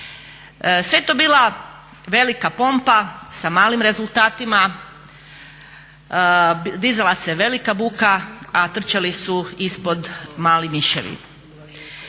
je to bila velika pompa sa malim rezultatima, dizala se velika buka a trčali su ispod mali miševi.